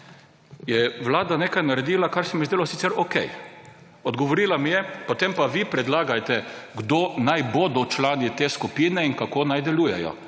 je vlada nekaj naredila, kar se mi je zdelo sicer okej. Odgovorila mi je: »Potem pa vi predlagajte, kdo naj bodo člani te skupine in kako naj delujejo.«